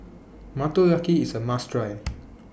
Motoyaki IS A must Try